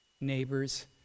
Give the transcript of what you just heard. neighbors